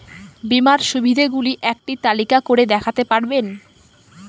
বীমার সুবিধে গুলি একটি তালিকা করে দেখাতে পারবেন?